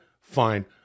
fine